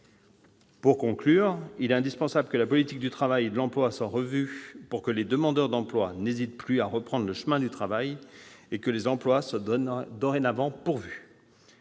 le ministre, il est indispensable que la politique du travail et de l'emploi soit revue pour que les demandeurs d'emploi n'hésitent plus à reprendre le chemin du travail et que les emplois soient dorénavant pourvus